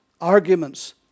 arguments